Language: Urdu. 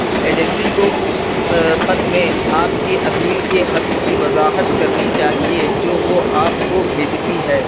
ایجنسی کو اس خط میں آپ کے اپیل کے حق کی وضاحت کرنی چاہیے جو وہ آپ کو بھیجتی ہے